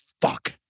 fuck